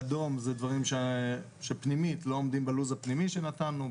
באדום זה דברים שלא עומדים בלו"ז הפנימי שנתנו.